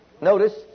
notice